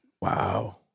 Wow